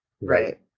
right